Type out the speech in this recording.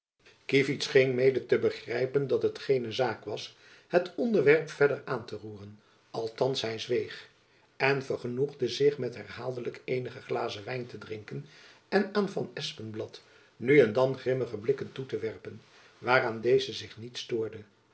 kievit scheen mede te begrijpen dat het geene zaak was het onderwerp verder aan te roeren althands hy zweeg en vergenoegde zich met herhaaldelijk eenige glazen wijn te drinken en aan van espenblad nu en dan grimmige blikken toe te werpen waaraan deze zich niet stoorde